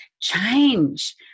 change